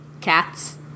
Cats